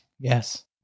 yes